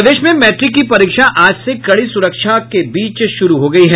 प्रदेश में मैट्रिक की परीक्षा आज से कड़ी सुरक्षा के बीच शुरू हो गयी है